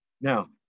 Now